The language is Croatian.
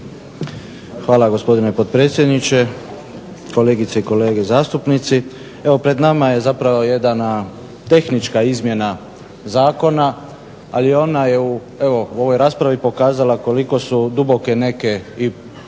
Hvala gospodine potpredsjedniče, kolegice i kolege zastupnici. Evo pred nama je zapravo jedna tehnička izmjena Zakona ali ona je u ovoj raspravi pokazala koliko su duboke neke